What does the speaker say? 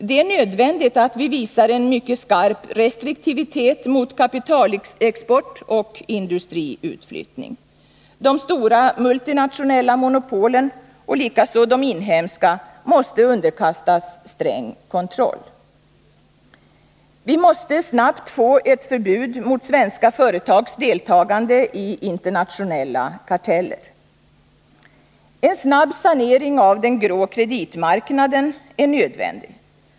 Det är nödvändigt att vi visar en mycket stark restriktivitet mot kapitalexport och industriutflytt 43 ning. De stora multinationella monopolen, liksom de inhemska, måste underkastas sträng kontroll. Vi måste snabbt få ett förbud mot svenska företags deltagande i internationella karteller. En snar sanering av den grå kreditmarknaden är nödvändig.